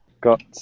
Got